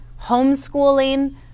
Homeschooling